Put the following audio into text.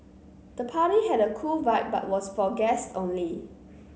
the party had a cool vibe but was for guests only